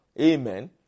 Amen